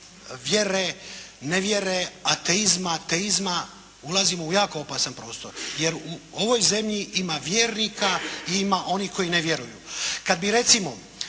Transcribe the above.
vjere, nevjere, ateizma, teizma, ulazimo u jako opasan prostor jer u ovoj zemlji ima vjernika i ima onih koji ne vjeruju. Kad bi recimo